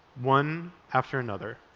one after another.